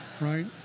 Right